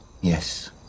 Yes